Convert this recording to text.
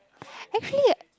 actually